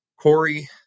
Corey